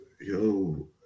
Yo